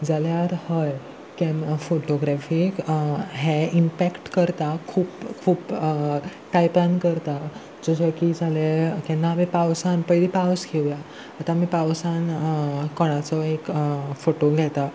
जाल्यार हय फोटोग्रेफीक हे इम्पॅक्ट करता खूब खूब टायपान करता जशे की जाले केन्ना आमी पावसान पयली पावस घेवया आतां आमी पावसान कोणाचो एक फोटो घेता